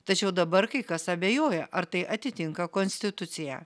tačiau dabar kai kas abejoja ar tai atitinka konstituciją